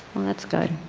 that is good.